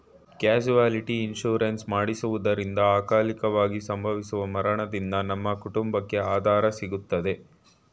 casualty insurance ಮಾಡಿಸುವುದರಿಂದ ಅಕಾಲಿಕವಾಗಿ ಸಂಭವಿಸುವ ಮರಣದಿಂದ ನಮ್ಮ ಕುಟುಂಬಕ್ಕೆ ಆದರೆ ಸಿಗುತ್ತದೆ